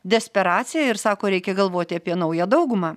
desperacija ir sako reikia galvoti apie naują daugumą